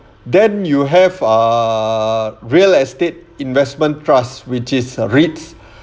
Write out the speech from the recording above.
then you have ah real estate investment trust which is REITS